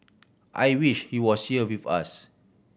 I wish he was here with us